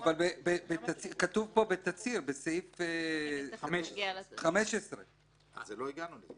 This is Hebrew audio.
--- כתוב פה בתצהיר בסעיף 15. לא הגענו לזה.